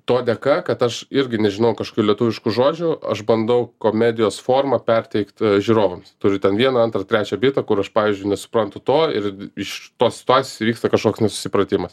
to dėka kad aš irgi nežinau kažkokių lietuviškų žodžių aš bandau komedijos formą perteikt žiūrovams turiu ten vieną antrą trečią vietą kur aš pavyzdžiui nesuprantu to ir iš tos situacijos įvyksta kažkoks nesusipratimas